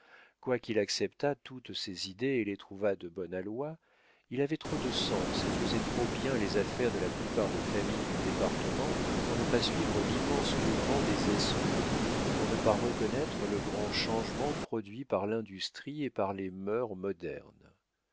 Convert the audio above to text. quoiqu'il acceptât toutes ces idées et les trouvât de bon aloi il avait trop de sens et faisait trop bien les affaires de la plupart des familles du département pour ne pas suivre l'immense mouvement des esprits pour ne pas reconnaître le grand changement produit par l'industrie et par les mœurs modernes